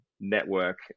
network